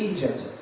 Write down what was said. Egypt